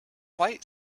white